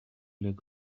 look